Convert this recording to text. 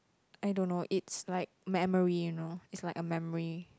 I don't know it's like memory you know it's like a memory